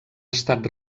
estat